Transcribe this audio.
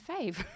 fave